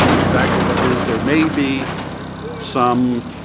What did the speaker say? exactly what it is. there may be some